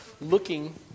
looking